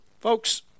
Folks